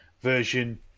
version